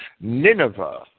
Nineveh